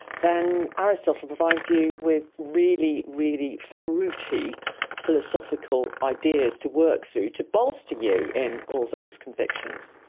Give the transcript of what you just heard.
then aristotle provides you with really, really fruity philosophical ideas to work through, to bolster you in all those convictions.